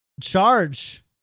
Charge